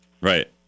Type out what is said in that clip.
Right